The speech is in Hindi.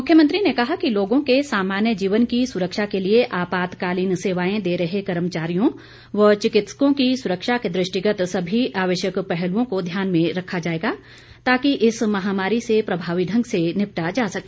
मुख्यमंत्री ने कहा कि लोगों के सामान्य जीवन की सुरक्षा के लिए आपातकालीन सेवाएं दे रहे कर्मचारियों व चिकित्सकों की सुरक्षा के दृष्टिगत सभी आवश्यक पहलुओं को ध्यान में रखा जाएगा ताकि इस महामारी से प्रभावी ढंग से निपटा जा सके